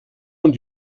und